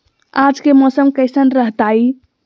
आज के मौसम कैसन रहताई?